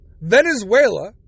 venezuela